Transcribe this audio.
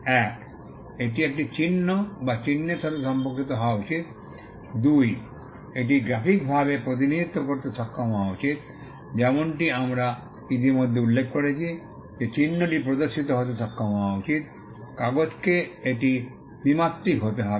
1 এটি একটি চিহ্ন বা চিহ্নের সাথে সম্পর্কিত হওয়া উচিত 2 এটি গ্রাফিকভাবে প্রতিনিধিত্ব করতে সক্ষম হওয়া উচিত যেমনটি আমরা ইতিমধ্যে উল্লেখ করেছি যে চিহ্নটি প্রদর্শিত হতে সক্ষম হওয়া উচিত কাগজকে এটি দ্বি মাত্রিক হতে হবে